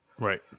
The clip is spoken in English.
right